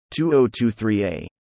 2023a